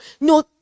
no